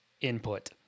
input